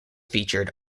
featured